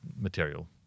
material